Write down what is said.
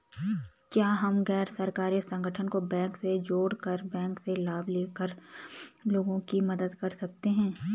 क्या हम गैर सरकारी संगठन को बैंक से जोड़ कर बैंक से लाभ ले कर लोगों की मदद कर सकते हैं?